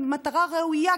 ובמטרה ראויה,